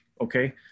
okay